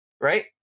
right